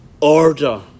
order